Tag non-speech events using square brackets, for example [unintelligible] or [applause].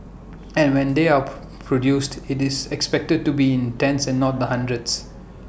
and when they are [unintelligible] produced IT is expected to be in tens and not the hundreds